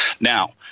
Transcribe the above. Now